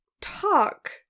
talk